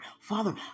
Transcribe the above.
Father